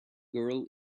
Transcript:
girl